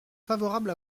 favorables